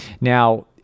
Now